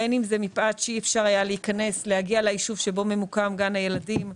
בין אם זה מכיוון שאי אפשר היה להגיע ליישוב שבו ממוקם גן הילדים,